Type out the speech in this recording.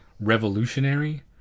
revolutionary